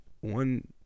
one